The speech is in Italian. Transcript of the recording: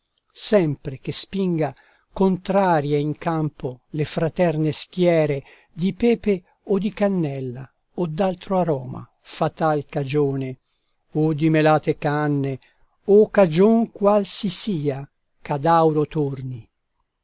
sempre che spinga contrarie in campo le fraterne schiere di pepe o di cannella o d'altro aroma fatal cagione o di melate canne o cagion qual si sia ch'ad auro torni